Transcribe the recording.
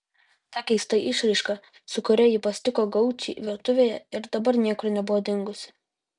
ta keista išraiška su kuria ji pasitiko gaučį virtuvėje ir dabar niekur nebuvo dingusi